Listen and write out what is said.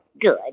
good